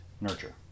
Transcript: nurture